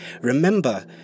remember